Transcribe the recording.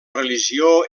religió